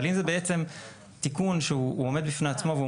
אבל אם זה בעצם תיקון שהוא עומד בפני עצמו והוא